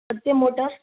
Satyam motor